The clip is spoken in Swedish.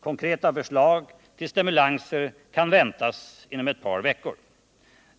Konkreta förslag till stimulanser kan väntas inom ett par veckor.